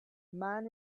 man